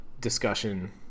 discussion